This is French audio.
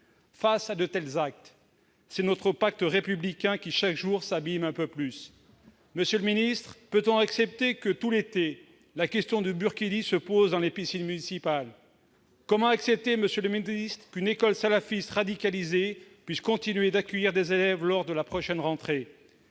Face à de tels actes, c'est notre pacte républicain qui chaque jour s'abîme un peu plus. Peut-on accepter que, tout l'été, la question du burkini se pose dans les piscines municipales ? Comment accepter qu'une école salafiste radicalisée puisse continuer d'accueillir des élèves lors de la prochaine rentrée ?